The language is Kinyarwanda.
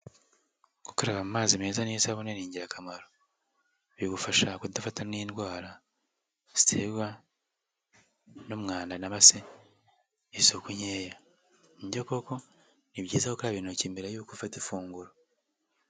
Gureba amazi meza n'isabune ni ingirakamaro. Bigufasha kudafatwa n'indwara ziterwa n'umwanda cyangwa se isuku nkeya, nibyo koko ni byiza gukaraba intoki mbere y'uko ufata ifunguro.